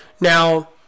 Now